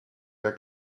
der